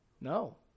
No